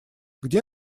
где